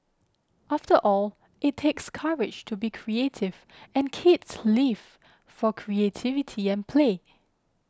after all it takes courage to be creative and kids live for creativity and play